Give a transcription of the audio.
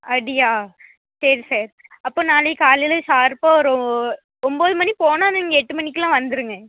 அப்படியா சரி சார் அப்போ நாளைக்கு காலையில ஷார்ப்பாக ஒரு ஒம்பது மணி போணால் நீங்கள் எட்டு மணிக்கெல்லாம் வந்துருங்க